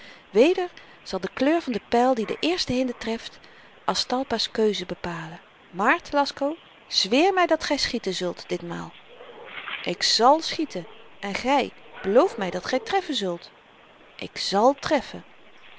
weder zal de kleur van den pyl die de eerste hinde treft aztalpa's keuze bepalen maar telasco zweer my dat gy schieten zult ditmaal ik zàl schieten en gy beloof my dat gy treffen zult ik zàl treffen